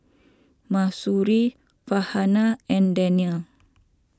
Mahsuri Farhanah and Daniel